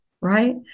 right